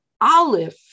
Aleph